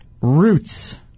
Roots